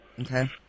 Okay